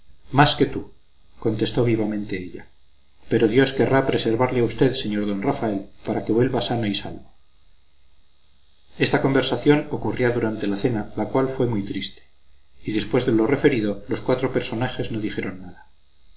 más que tú contestó vivamente ella pero dios querrá preservarle a usted señor d rafael para que vuelva sano y salvo esta conversación ocurría durante la cena la cual fue muy triste y después de lo referido los cuatro personajes no dijeron una